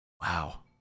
Wow